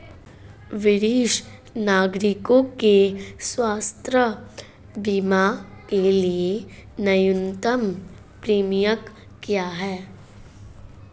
वरिष्ठ नागरिकों के स्वास्थ्य बीमा के लिए न्यूनतम प्रीमियम क्या है?